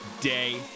day